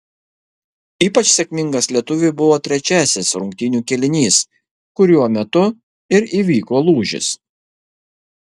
ypač sėkmingas lietuviui buvo trečiasis rungtynių kėlinys kuriuo metu ir įvyko lūžis